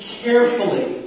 carefully